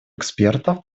экспертов